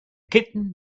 kitten